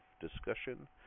discussion